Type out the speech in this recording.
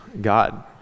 God